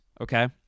okay